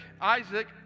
Isaac